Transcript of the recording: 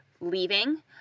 leaving